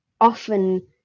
often